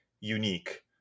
unique